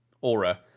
aura